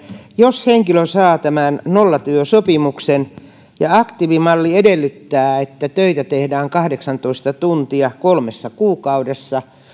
jos henkilö saa tämän nollatyösopimuksen ja aktiivimalli edellyttää että töitä tehdään kahdeksantoista tuntia kolmessa kuukaudessa